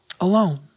alone